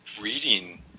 reading